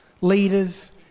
leaders